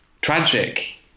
tragic